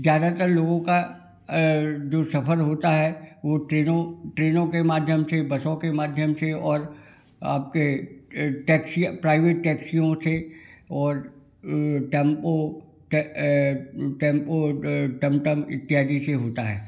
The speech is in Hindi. ज्यादातर लोगों का अ जो सफर होता है वो ट्रेनों ट्रेनों के माध्यम से बसों के माध्यम से और आपके अ टैक्सी प्राइवेट टैक्सियों से और अ टेम्पो टेम्पो टमटम इत्यादि से होता है